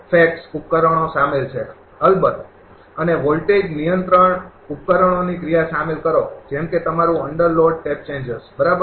facts ઉપકરણો સામેલ છે અલબત અને વોલ્ટેજ નિયંત્રણ ઉપકરણોની ક્રિયા શામેલ કરો જેમ કે તમારુ અન્ડર લોડ ટેપ ચેન્જર્સ બરાબર